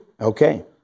Okay